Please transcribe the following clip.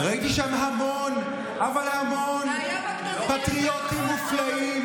ראיתי שם המון, אבל המון פטריוטים מופלאים